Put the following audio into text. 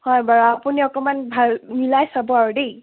হয় বাৰু আপুনি অকণমান ভাল মিলাই চাব আৰু দেই